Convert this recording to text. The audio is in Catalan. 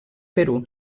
perú